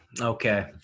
Okay